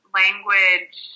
language